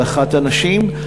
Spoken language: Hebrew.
של אחת הנשים.